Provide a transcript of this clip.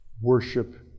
worship